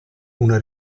una